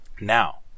Now